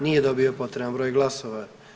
Nije dobio potreban broj glasova.